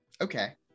Okay